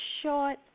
short